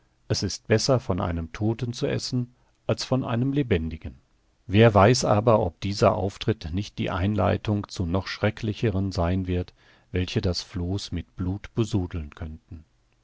es ist besser von einem todten zu essen als von einem lebendigen wer weiß aber ob dieser auftritt nicht die einleitung zu noch schrecklicheren sein wird welche das floß mit blut besudeln könnten